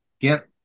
get